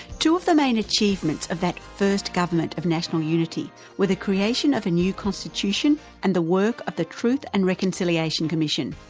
two of the main achievements of that first government government of national unity were the creation of a new constitution and the work of the truth and reconciliation commission.